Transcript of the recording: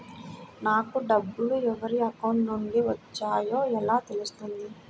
నాకు డబ్బులు ఎవరి అకౌంట్ నుండి వచ్చాయో ఎలా తెలుస్తుంది?